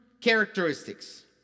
characteristics